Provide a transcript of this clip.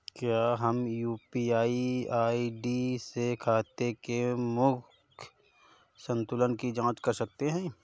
क्या हम UPI ID से खाते के मूख्य संतुलन की जाँच कर सकते हैं?